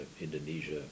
Indonesia